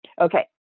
Okay